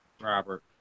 Robert